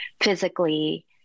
physically